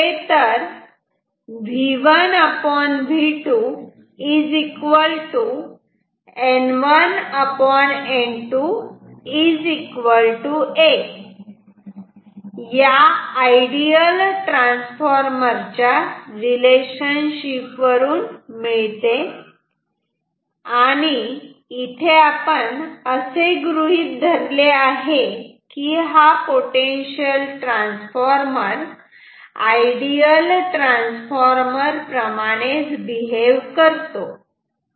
हे खरेतर V1V2 N1N2 a या आयडियल ट्रान्सफॉर्मर च्या रिलेशनशिप वरून मिळते आणि आपण असे गृहीत धरले आहे कि हा पोटेन्शियल ट्रान्सफॉर्मर आयडियल ट्रान्सफॉर्मर प्रमाणेच बिहेव करतो